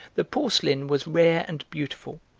the porcelain was rare and beautiful,